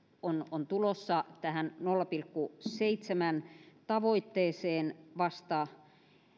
on on tulossa tähän nolla pilkku seitsemän tavoitteeseen vasta